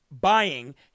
buying